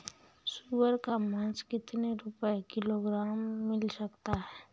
सुअर का मांस कितनी रुपय किलोग्राम मिल सकता है?